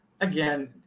again